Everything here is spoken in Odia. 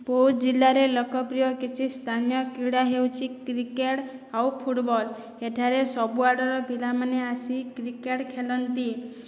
ବୌଦ୍ଧ ଜିଲାରେ ଲୋକପ୍ରିୟ କିଛି ସ୍ଥାନୀୟ କ୍ରିଡା ହେଉଛି କ୍ରିକେଟ୍ ଆଉ ଫୁଟ୍ବଲ୍ ଏଠାରେ ସବୁଆଡ଼ର ପିଲାମାନେ ଆସି କ୍ରିକେଟ୍ ଖେଳନ୍ତି